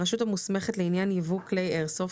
הרשות המוסמכת לעניין ייבוא כלי איירסופט,